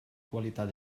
qualitat